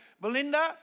Belinda